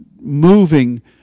moving